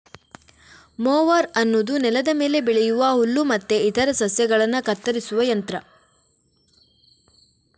mower ಅನ್ನುದು ನೆಲದ ಮೇಲೆ ಬೆಳೆಯುವ ಹುಲ್ಲು ಮತ್ತೆ ಇತರ ಸಸ್ಯಗಳನ್ನ ಕತ್ತರಿಸುವ ಯಂತ್ರ